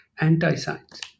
anti-science